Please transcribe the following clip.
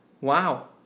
wow